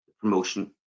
promotion